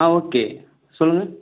ஆ okay சொல்லுங்கள்